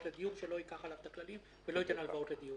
לדיור שלא ייקח עליו את הכללים ולא ייתן הלוואות לדיור.